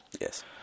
Yes